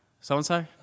so-and-so